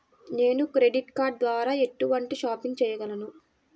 నేను credit card ద్వార ఎటువంటి షాపింగ్ చెయ్యగలను?